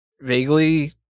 vaguely